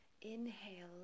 inhale